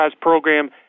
program